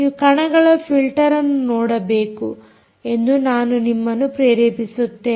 ನೀವು ಕಣಗಳ ಫಿಲ್ಟರ್ಅನ್ನು ನೋಡಬೇಕು ಎಂದು ನಾನು ನಿಮ್ಮನ್ನು ಪ್ರೇರೇಪಿಸುತ್ತೇನೆ